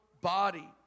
body